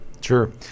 Sure